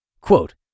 Quote